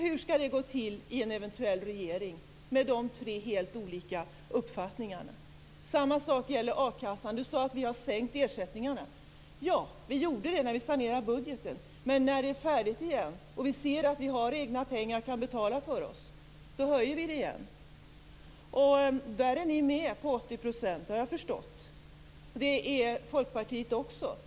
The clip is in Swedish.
Hur skall det gå i en eventuell regering med dessa tre helt olika uppfattningar? Samma sak gäller a-kassan. Dan Ericsson sade att vi har sänkt ersättningarna. Ja, vi gjorde det när vi sanerade budgeten, men när det är färdigt och vi ser att vi har egna pengar och kan betala för oss höjer vi ersättningarna igen. Där är ni med på 80 %, såvitt jag förstår, och det är Folkpartiet också.